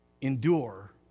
endure